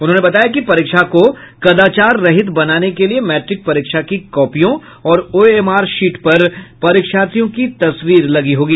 उन्होंने बताया कि परीक्षा को कदाचार रहित बनाने के लिये मैट्रिक परीक्षा की कॉपियों और ओएमआर शीट पर परीक्षार्थियों की तस्वीर लगी होगी